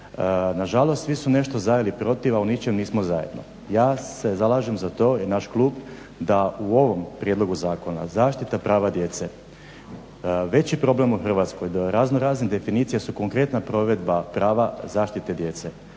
Nažalost svi su nešto za ili protiv, a u ničem nismo zajedno. Ja se zalažem za to i naš klub da u ovom prijedlogu zakona zaštita prava djece, veći problem u Hrvatskoj da u raznoraznim definicija su konkretna provedba prava zaštite djece.